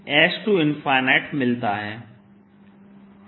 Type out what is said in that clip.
s मिलता है